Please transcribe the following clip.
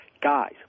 guys